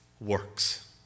works